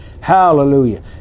Hallelujah